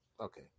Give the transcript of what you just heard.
okay